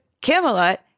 Camelot